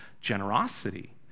generosity